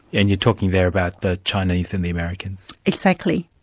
and you're talking there about the chinese and the americans? exactly.